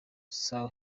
soul